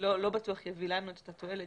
לא בטוח יביא לנו את התועלת